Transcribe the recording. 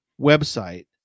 website